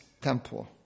temple